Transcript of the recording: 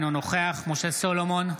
אינו נוכח משה סולומון,